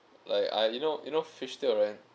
like I you know you know fishtail right